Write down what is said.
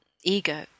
ego